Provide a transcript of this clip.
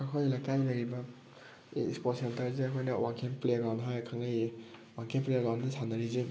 ꯑꯩꯈꯣꯏ ꯂꯩꯀꯥꯏꯗ ꯂꯩꯔꯤꯕ ꯏꯁꯄꯣꯔꯠ ꯁꯦꯟꯇꯔꯁꯦ ꯑꯩꯈꯣꯏꯅ ꯋꯥꯡꯈꯦꯝ ꯄ꯭ꯂꯦꯒ꯭ꯔꯥꯎꯟ ꯍꯥꯏꯔꯒ ꯈꯪꯅꯩꯌꯦ ꯋꯥꯡꯈꯦꯝ ꯄ꯭ꯂꯦꯒ꯭ꯔꯥꯎꯟꯗ ꯁꯥꯟꯅꯔꯤꯁꯦ